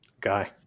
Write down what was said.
Guy